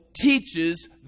teaches